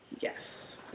Yes